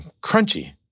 crunchy